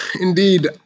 Indeed